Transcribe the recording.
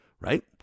right